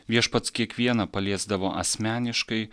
viešpats kiekvieną paliesdavo asmeniškai